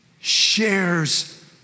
shares